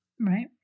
Right